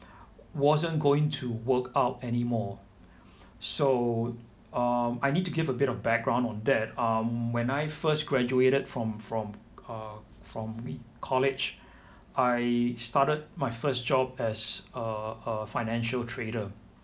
wasn't going to work out anymore so uh I need to give a bit of background of that um when I first graduated from from uh from college I started my first job as a a financial trader